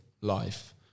life